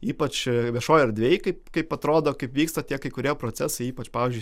ypač viešoj erdvėj kaip kaip atrodo kaip vyksta tie kai kurie procesai ypač pavyzdžiui